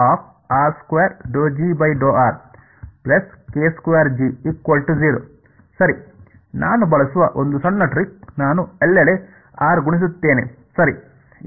ಆದ್ದರಿಂದ ಇದು ಸರಿನಾನು ಬಳಸುವ ಒಂದು ಸಣ್ಣ ಟ್ರಿಕ್ ನಾನು ಎಲ್ಲೆಡೆ r ಗುಣಿಸುತ್ತೇನೆ ಸರಿ